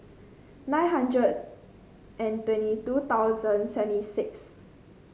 nine hundred and twenty two thousand seventy six